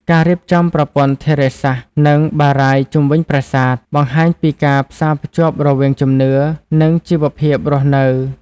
ការរៀបចំប្រព័ន្ធធារាសាស្ត្រ និងបារាយណ៍ជុំវិញប្រាសាទ បង្ហាញពីការផ្សារភ្ជាប់រវាងជំនឿ និងជីវភាពរស់នៅ។